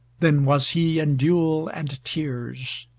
then was he in dule and tears!